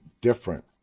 different